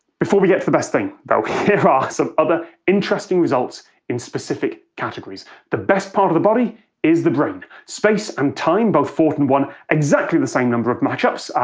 before we get to the best thing, though, here are some other interesting results in specific categories the best part of the body is the brain. space and time both fought and won exactly the same number of match-ups,